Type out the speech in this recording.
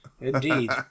Indeed